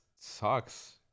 sucks